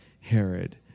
Herod